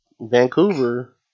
Vancouver